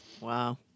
Wow